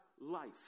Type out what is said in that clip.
life